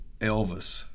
Elvis